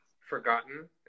forgotten